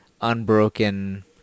unbroken